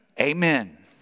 Amen